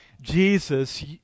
jesus